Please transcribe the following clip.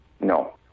No